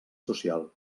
social